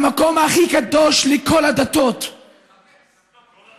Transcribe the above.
המקום הכי קדוש לכל הדתות, לא לכל הדתות.